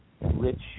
rich